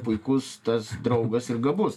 puikus tas draugas ir gabus